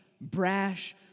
brash